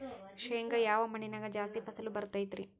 ಶೇಂಗಾ ಯಾವ ಮಣ್ಣಿನ್ಯಾಗ ಜಾಸ್ತಿ ಫಸಲು ಬರತೈತ್ರಿ?